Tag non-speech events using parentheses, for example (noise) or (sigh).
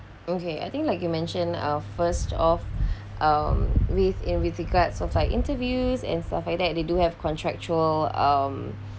okay I think like you mention our first of (breath) um with in with regards of like interviews and stuff like that they do have contractual um